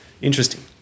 interesting